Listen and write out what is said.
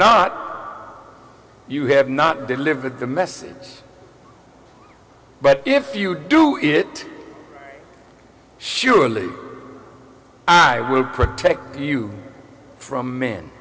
not you have not delivered the message but if you do it surely i will protect you from m